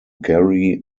gary